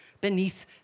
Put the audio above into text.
beneath